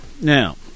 now